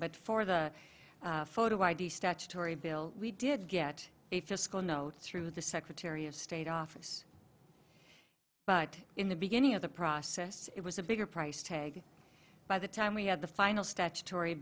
but for the photo id statutory bill we did get a fiscal note through the secretary of state office but in the beginning of the process it was a bigger price tag by the time we had the final statutory